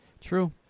True